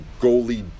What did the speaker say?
goalie